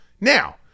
Now